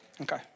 Okay